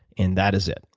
and that is it,